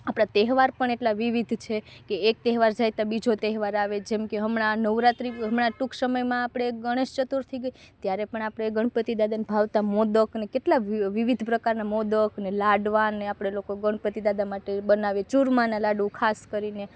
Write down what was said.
આપણા તહેવાર પણ એટલા વિવિધ છે કે એક તહેવાર જાય તા બીજો તહેવાર આવે જેમકે હમણાં નવરાત્રી હમણાં ટૂંક સમયમાં આપણે ગણેશ ચતુર્થી ગઈ ત્યારે પણ આપણે ગણપતિદાદાને ભાવતા મોદકને કેટલા વિવિધ પ્રકારના મોદકને લાડવાને આપણે લોકો ગણપતિદાદા માટે બનાવીએ ચૂરમાના લાડુ ખાસ કરીને